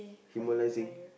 hemolysing